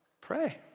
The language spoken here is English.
pray